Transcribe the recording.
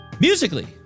Musically